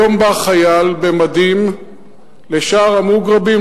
היום בא חייל במדים לשער המוגרבים,